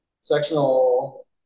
sectional